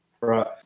Right